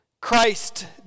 Christ